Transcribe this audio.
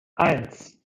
eins